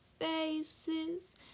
faces